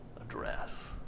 address